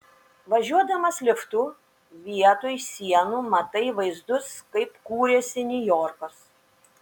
važiuodamas liftu vietoj sienų matai vaizdus kaip kūrėsi niujorkas